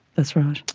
that's right.